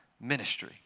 ministry